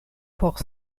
por